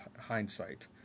hindsight